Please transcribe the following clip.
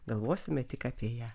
galvosime tik apie ją